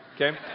Okay